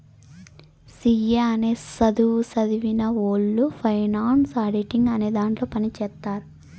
C A అనే సధువు సదివినవొళ్ళు ఫైనాన్స్ ఆడిటింగ్ అనే దాంట్లో పని చేత్తారు